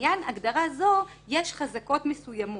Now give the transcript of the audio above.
ולעניין הגדרה זו יש חזקות מסוימות.